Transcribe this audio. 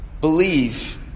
Believe